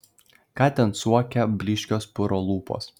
ką ten suokia blyškios puro lūpos